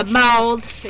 mouths